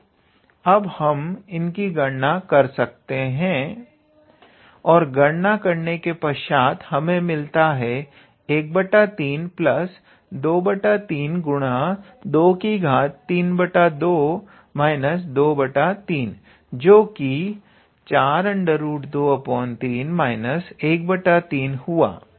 तो अब हम इनकी गणना कर सकते हैं और गणना करने के पश्यात हमें मिलेगा 1323232 23 जो कि 423 13 हुआ